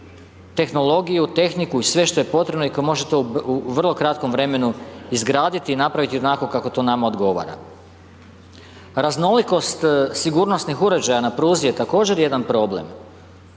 tehnologiju, tehniku i sve što je potrebno i tko to može u vrlo kratkom vremenu izgraditi i napraviti onako kako to nama odgovara. Raznolikost sigurnosnih uređaja na pruzi je također jedan problem.